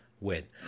win